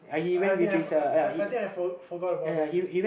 I think I I I think I forgot about that uh